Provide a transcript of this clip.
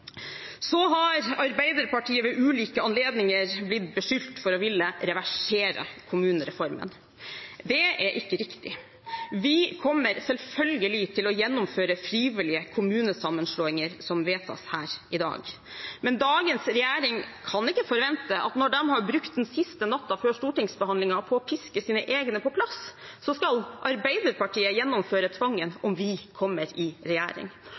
Så har Arbeiderpartiet ved ulike anledninger blitt beskyldt for å ville reversere kommunereformen. Det er ikke riktig. Vi kommer selvfølgelig til å gjennomføre frivillige kommunesammenslåinger som vedtas her i dag. Men dagens regjering kan ikke forvente at når de har brukt den siste natten før stortingsbehandlingen på å piske sine egne på plass, så skal Arbeiderpartiet gjennomføre tvangen om vi kommer i regjering.